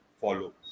follow